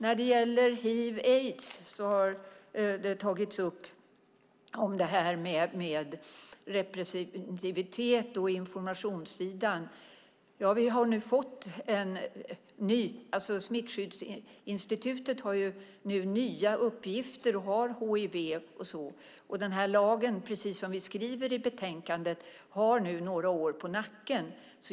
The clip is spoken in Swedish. Man tar också upp detta med representativitet och informationssidan när det gäller hiv/aids. Smittskyddsinstitutet har nu fått nya uppgifter när det gäller hiv. Lagen har nu, precis som vi skriver i betänkandet, några år på nacken.